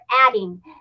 adding